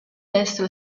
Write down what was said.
destro